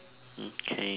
mm K